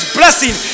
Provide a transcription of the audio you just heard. blessing